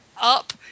up